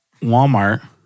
Walmart